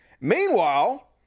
Meanwhile